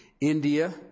India